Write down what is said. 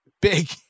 Big